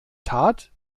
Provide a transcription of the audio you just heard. tat